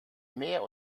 mehr